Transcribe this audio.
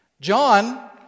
John